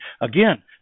Again